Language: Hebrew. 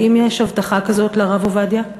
האם יש הבטחה כזאת לרב עובדיה?